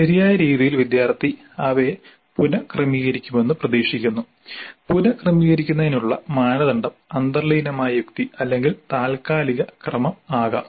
ശരിയായ രീതിയിൽ വിദ്യാർത്ഥി അവയെ പുനക്രമീകരിക്കുമെന്ന് പ്രതീക്ഷിക്കുന്നു പുനക്രമീകരിക്കുന്നതിനുള്ള മാനദണ്ഡം അന്തർലീനമായ യുക്തി അല്ലെങ്കിൽ താൽക്കാലിക ക്രമം ആകാം